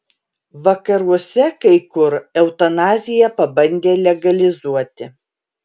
vakaruose kai kur eutanaziją pabandė legalizuoti